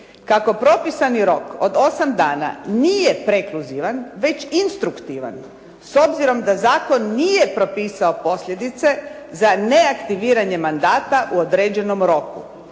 kako propisani rok od osam dana nije prekluzivan već instruktivan s obzirom da zakon nije propisao posljedice za neaktiviranje mandata u određenom roku.